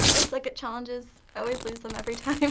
i suck at challenges. i always lose them every time.